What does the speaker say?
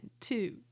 two